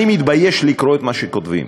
אני מתבייש לקרוא את מה שכותבים.